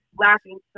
laughing